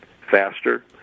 faster